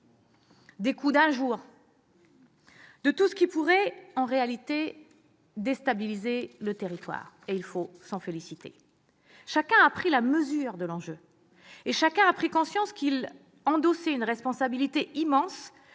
des coups d'un jour, de tout ce qui pourrait en réalité déstabiliser le territoire. Il faut s'en féliciter. Chacun a pris la mesure de l'enjeu. Et chacun a pris conscience qu'il endosserait une responsabilité immense